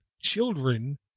children